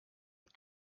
und